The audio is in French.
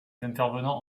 intervenants